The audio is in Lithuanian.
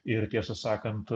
ir tiesą sakant